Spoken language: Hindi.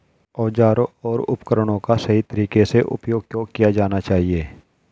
औजारों और उपकरणों का सही तरीके से उपयोग क्यों किया जाना चाहिए?